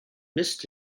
missed